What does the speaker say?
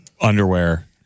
underwear